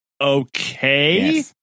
Okay